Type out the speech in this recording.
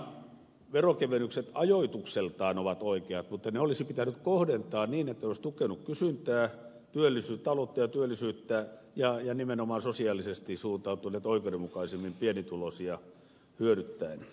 nimenomaan veronkevennykset ajoitukseltaan ovat oikeat mutta ne olisi pitänyt kohdentaa niin että ne olisivat tukeneet kysyntää taloutta ja työllisyyttä ja nimenomaan sosiaalisesti suuntautuneet oikeudenmukaisemmin pienituloisia hyödyttäen